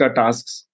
tasks